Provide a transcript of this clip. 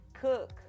cook